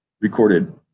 recorded